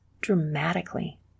dramatically